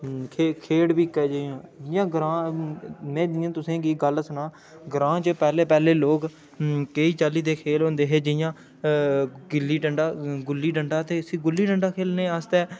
हम्म खेढ खेढ बी इक्कै जेहियां जि'य़ां ग्रांऽ में तु'सें गी गल्ल सनांऽ ग्रांऽ च पैह्ले पैह्ले लोग केईं चाल्ली दे खेल होंदे हे जि'यां गिल्ली डंडा गुल्ली डंडा ते इसी गुल्ली डंडा खेलने आस्तै